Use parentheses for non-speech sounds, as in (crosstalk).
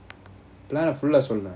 (noise) plan ah full ah சொல்லு:sollu